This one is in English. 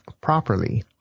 properly